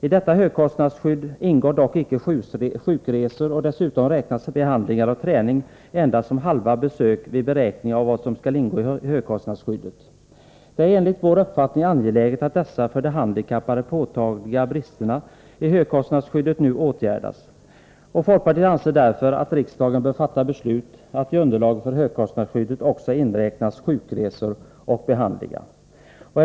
I detta högkostnadsskydd ingår dock inte sjukresor, och dessutom räknas behandlingar och träning endast som halva besök vid beräkning av vad som skall ingå i högkostnadsskyddet. Det är enligt vår uppfattning angeläget att dessa för de handikappade påtalade bristerna i högkostnadsskyddet nu åtgärdas. Folkpartiet anser därför att riksdagen bör fatta beslut om att i underlaget för högkostnadsskyddet också inräkna sjukresor och behandlingar.